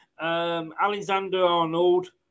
Alexander-Arnold